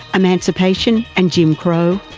emancipation and jim crow.